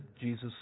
Jesus